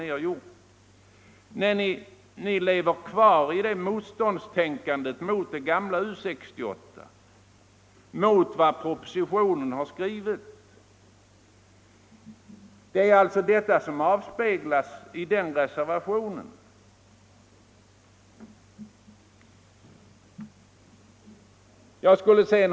Ni lever kvar i motståndstänkandet mot gamla U 68, mot vad som står i propositionen. Detta avspeglas i er reservation.